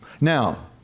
Now